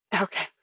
Okay